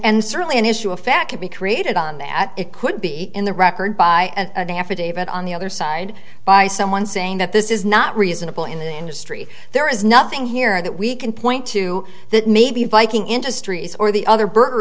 and certainly an issue of fact could be created on that it could be in the record by an affidavit on the other side by someone saying that this is not reasonable in the industry there is nothing here that we can point to that maybe viking industries or the other burger